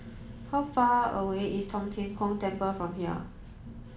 how far away is Tong Tien Kung Temple from here